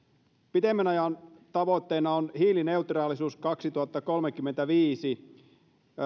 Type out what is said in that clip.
pitemmän ajan tavoitteena on hiilineutraalisuus vuonna kaksituhattakolmekymmentäviisi